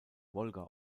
wolga